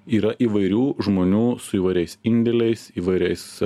yra įvairių žmonių su įvairiais indėliais įvairiais